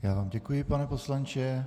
Já vám děkuji, pane poslanče.